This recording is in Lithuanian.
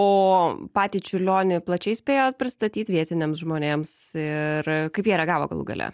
o patį čiurlionį plačiai spėjot pristatyti vietiniams žmonėms ir kaip jie reagavo galų gale